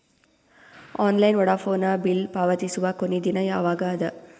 Online Vodafone bill ಪಾವತಿಸುವ ಕೊನಿ ದಿನ ಯವಾಗ ಅದ?